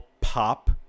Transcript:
pop